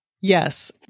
Yes